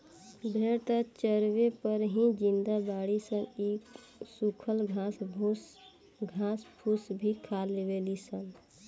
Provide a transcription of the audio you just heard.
भेड़ त चारवे पर ही जिंदा बाड़ी सन इ सुखल घास फूस भी खा लेवे ली सन